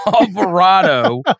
Alvarado